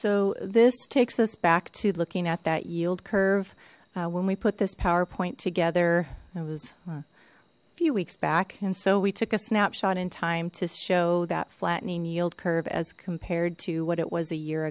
so this takes us back to looking at that yield curve when we put this powerpoint together it was a few weeks back and so we took a snapshot in time to show that flattening yield curve as compared to what it was a year